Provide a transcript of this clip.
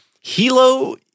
Hilo